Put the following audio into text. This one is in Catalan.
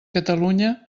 catalunya